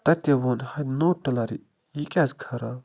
تَتہِ تہِ وۄنۍ ہاے نوٚو ٹِلَر یہِ کیٛازِ خراب